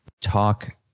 talk